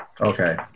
Okay